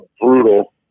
brutal